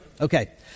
Okay